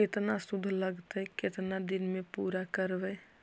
केतना शुद्ध लगतै केतना दिन में पुरा करबैय?